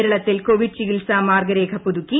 കേരളത്തിൽ കോവിഡ് ചികിത്സാ മാർഗരേഖ പുതുക്കി